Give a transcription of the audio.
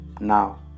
Now